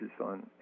on